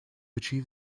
achieve